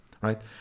right